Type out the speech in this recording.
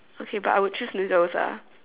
okay but I would choose noodles ah